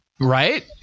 Right